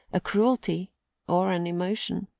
a cruelty or an emotion.